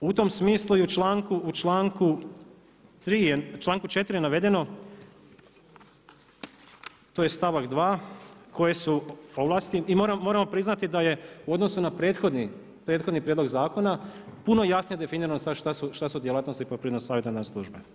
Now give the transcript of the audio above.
U tom smislu i u članku 4. je navedeno, to je stavak 2. koje su ovlasti i moramo priznati da je u odnosu na prethodni prijedlog zakona, puno jasnije definirano sad šta su djelatnosti Poljoprivredne savjetodavne službe.